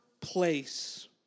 place